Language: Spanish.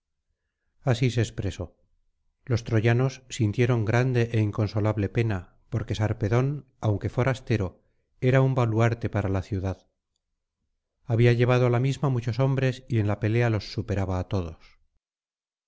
así se expresó los troyanos sintieron grande é inconsolable pena porque sarpedón aunque forastero era un baluarte para la ciudad había llevado á la misma muchos hombres y en la pelea los superaba á todos